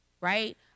right